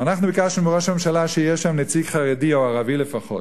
אנחנו ביקשנו מראש הממשלה שיהיה שם נציג חרדי או ערבי לפחות.